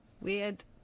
Weird